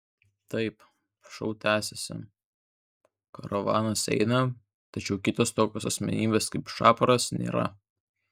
taip šou tęsiasi karavanas eina tačiau kitos tokios asmenybės kaip šapras nėra